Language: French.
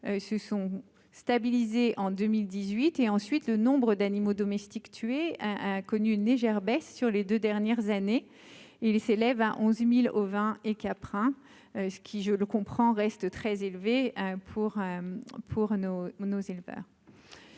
se sont stabilisées en 2018 et ensuite le nombre d'animaux domestiques tué a connu une légère baisse sur les 2 dernières années, il s'élève à 11000 ovins et caprins, ce qui, je le comprends, reste très élevé, hein, pour